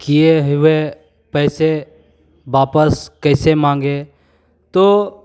किए हुए पैसे वापस कैसे माँगें तो